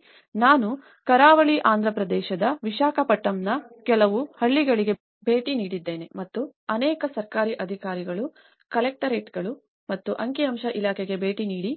ಆದ್ದರಿಂದ ನಾನು ಕರಾವಳಿ ಆಂಧ್ರಪ್ರದೇಶದ ವಿಶಾಖಪಟ್ಟಣಂನ ಕೆಲವು ಹಳ್ಳಿಗಳಿಗೆ ಭೇಟಿ ನೀಡಿದ್ದೇನೆ ಮತ್ತು ಅನೇಕ ಸರ್ಕಾರಿ ಅಧಿಕಾರಿಗಳು ಕಲೆಕ್ಟರೇಟ್ಗಳು ಮತ್ತು ಅಂಕಿಅಂಶ ಇಲಾಖೆಗೆ ಭೇಟಿ ನೀಡಿ